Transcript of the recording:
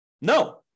No